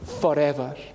forever